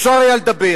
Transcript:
אפשר היה לדבר.